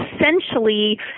essentially